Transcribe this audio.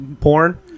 porn